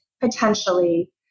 potentially